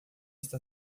está